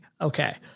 Okay